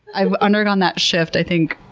i've undergone that shift, i think,